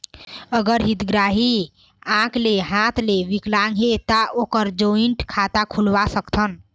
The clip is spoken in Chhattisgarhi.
अगर हितग्राही आंख ले हाथ ले विकलांग हे ता ओकर जॉइंट खाता खुलवा सकथन?